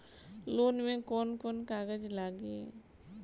Loan में कौन कौन कागज लागी?